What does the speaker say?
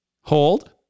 Hold